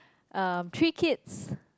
um three kids